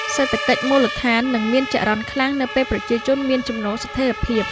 សេដ្ឋកិច្ចមូលដ្ឋាននឹងមានចរន្តខ្លាំងនៅពេលប្រជាជនមានចំណូលស្ថិរភាព។